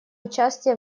участие